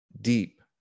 deep